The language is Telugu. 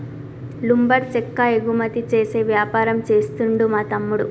లుంబర్ చెక్క ఎగుమతి చేసే వ్యాపారం చేస్తుండు మా తమ్ముడు